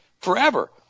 forever